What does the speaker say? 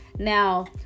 Now